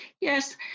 Yes